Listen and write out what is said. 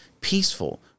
peaceful